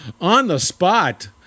on-the-spot